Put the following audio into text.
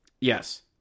Yes